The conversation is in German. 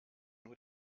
nur